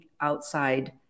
outside